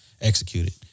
executed